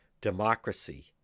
democracy